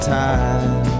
time